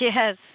Yes